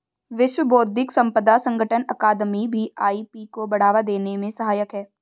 विश्व बौद्धिक संपदा संगठन अकादमी भी आई.पी को बढ़ावा देने में सहायक है